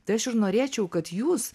tai aš ir norėčiau kad jūs